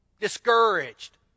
discouraged